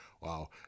Wow